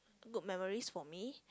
good memories for me